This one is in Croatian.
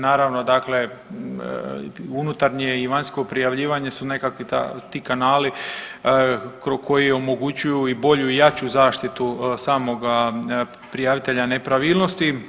Naravno dakle unutarnje i vanjsko prijavljivanje su nekako ti kanali koji omogućuju i bolju i jaču zaštitu samoga prijavitelja nepravilnosti.